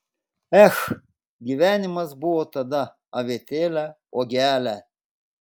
ech gyvenimas buvo tada avietėle uogele